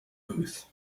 booth